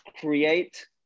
create